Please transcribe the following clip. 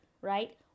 right